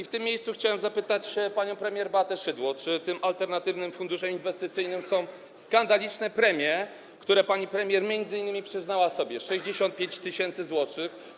W tym miejscu chciałem zapytać panią premier Beatę Szydło, czy tym alternatywnym funduszem inwestycyjnym są skandaliczne premie, które pani premier przyznała m.in. sobie - 65 tys. zł.